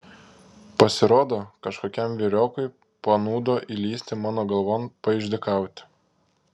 pasirodo kažkokiam vyriokui panūdo įlįsti mano galvon paišdykauti